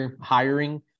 Hiring